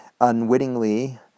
unwittingly